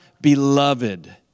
beloved